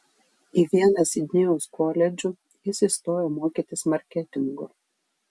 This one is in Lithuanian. į vieną sidnėjaus koledžų jis įstojo mokytis marketingo